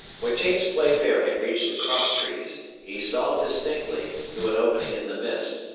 when james playfair had reached the cross-trees, he saw distinctly, through an opening in the mist,